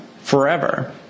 forever